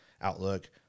Outlook